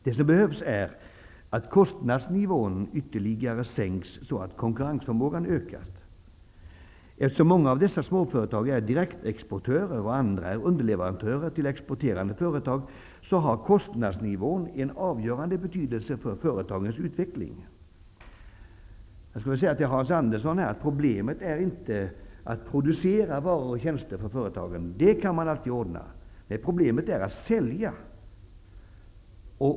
Det som behövs är att kostnadsnivån ytterligare sänks, så att konkurrensförmågan ökas. Eftersom många av dessa småföretag är direktexportörer och andra är underleverantörer till exporterande företag, har kostnadsnivån en avgörande betydelse för företagens utveckling. Jag skulle vilja säga till Hans Andersson att problemet för företagen inte är att producera varor och tjänster. Det kan man alltid ordna. Problemet är att sälja.